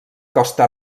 costa